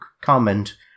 comment